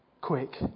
quick